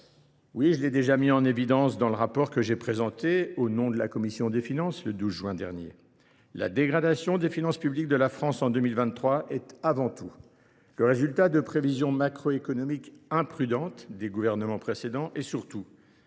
Comme je l’ai mis en évidence dans le rapport que j’ai présenté au nom de la commission des finances le 12 juin dernier, la dégradation des finances publiques de la France en 2023 est avant tout le résultat de prévisions macroéconomiques imprudentes des gouvernements précédents et, surtout,